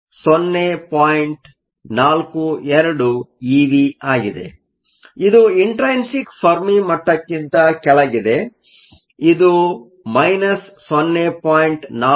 ಆದ್ದರಿಂದ ಇದು intrinsic Fermi ಮಟ್ಟಕ್ಕಿಂತ ಕೆಳಗಿದೆ ಮತ್ತು ಇದು 0